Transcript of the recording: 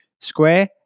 square